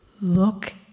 Look